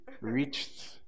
reached